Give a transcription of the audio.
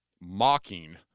mocking